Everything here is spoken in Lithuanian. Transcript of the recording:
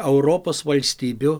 europos valstybių